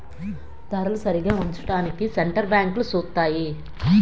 ధరలు సరిగా ఉంచడానికి సెంటర్ బ్యాంకులు సూత్తాయి